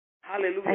Hallelujah